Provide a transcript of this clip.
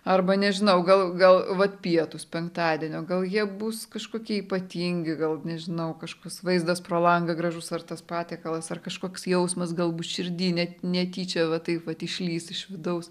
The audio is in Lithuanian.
arba nežinau gal gal vat pietūs penktadienio gal jie bus kažkokie ypatingi gal nežinau kažkoks vaizdas pro langą gražus ar tas patiekalas ar kažkoks jausmas galbūt širdy net netyčia va taip vat išlįs iš vidaus